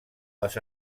les